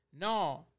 no